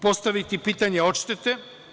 Postaviti pitanje odštete.